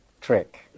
trick